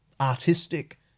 artistic